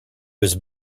was